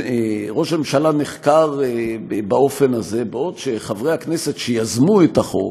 ראש הממשלה נחקר באופן הזה בעוד חברי הכנסת שיזמו את החוק